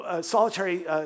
solitary